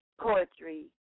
poetry